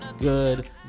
good